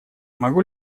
могу